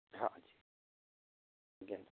हाँ जी